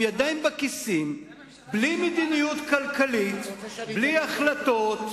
עם ידיים בכיסים, בלי מדיניות כלכלית, בלי החלטות,